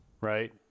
Right